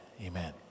Amen